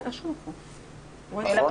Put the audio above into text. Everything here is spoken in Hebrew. איילה, נכון?